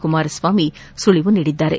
ಕುಮಾರಸ್ವಾಮಿ ಸುಳಿವು ನೀಡಿದ್ದಾರೆ